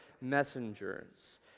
messengers